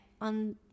On